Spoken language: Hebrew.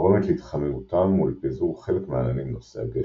גורמת להתחממותם ולפיזור חלק מהעננים נושאי הגשם.